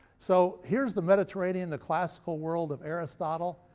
so here's the mediterranean, the classical world of aristotle,